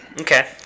Okay